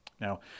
Now